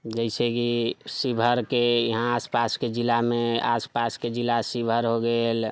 जइसे कि शिवहरके यहाँ आस पासके जिलामे आस पासके जिला शिवहर हो गेल